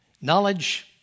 Knowledge